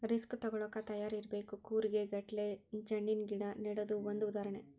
risk ತುಗೋಳಾಕ ತಯಾರ ಇರಬೇಕ, ಕೂರಿಗೆ ಗಟ್ಲೆ ಜಣ್ಣಿನ ಗಿಡಾ ನೆಡುದು ಒಂದ ಉದಾಹರಣೆ